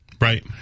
Right